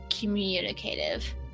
communicative